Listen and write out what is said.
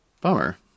Bummer